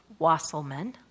Wasselman